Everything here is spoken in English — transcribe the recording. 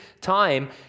time